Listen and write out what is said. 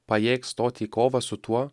pajėgs stoti į kovą su tuo